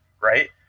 right